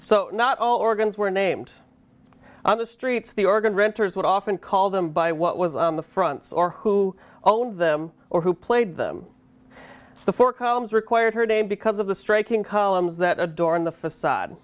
so not all organs were named on the streets the organ renters would often call them by what was on the fronts or who owned them or who played them the four columns required her name because of the striking columns that adorn the facade